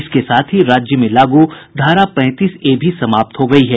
इसके साथ ही राज्य में लागू धारा पैंतीस ए भी समाप्त हो गयी है